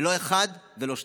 ולא אחת ולא שתיים,